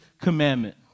commandment